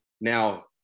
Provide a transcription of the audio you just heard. Now